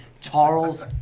Charles